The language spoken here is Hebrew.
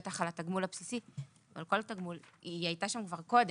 בטח על התגמול הבסיסי ועל כל תגמול הייתה שם קודם.